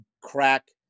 crack